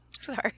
Sorry